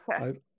Okay